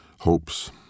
hopes